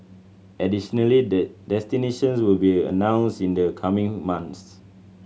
additionally the destinations will be announced in the coming months